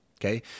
Okay